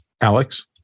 Alex